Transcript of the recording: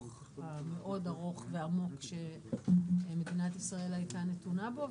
המאוד ארוך ועמוק שמדינת ישראל הייתה נתונה בו,